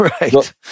Right